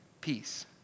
peace